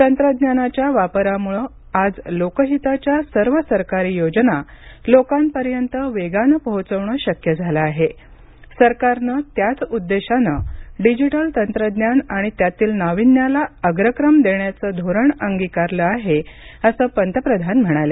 तंत्रज्ञानाच्या वापरामुळं आज लोकहिताच्या सर्व सरकारी योजना लोकांपर्यंत वेगानं पोहोचवणं शक्य झालं आहे सरकारनं त्याच उद्देशानं डिजिटल तंत्रज्ञान आणि त्यातील नाविन्याला अग्रक्रम देण्याचं धोरण अंगिकारलं आहे अस पंतप्रधान म्हणाले